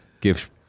give